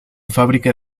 fábrica